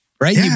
right